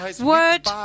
word